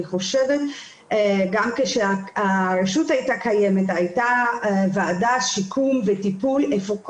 גם כשהרשות הייתה קיימת הייתה ועדת שיקום וטיפול שכל